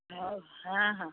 ହଉ ହଁ ହଁ